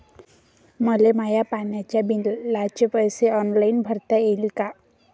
मले माया पाण्याच्या बिलाचे पैसे ऑनलाईन भरता येईन का?